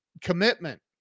commitment